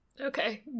Okay